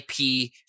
IP